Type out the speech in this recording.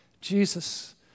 Jesus